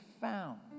found